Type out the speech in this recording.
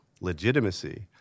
legitimacy